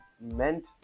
meant